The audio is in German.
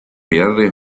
mehrere